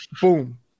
boom